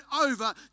over